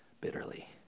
bitterly